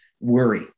worry